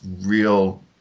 real